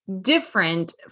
different